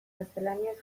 gaztelaniaz